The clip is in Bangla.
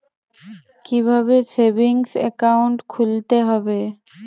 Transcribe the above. কীভাবে সেভিংস একাউন্ট খুলতে হবে?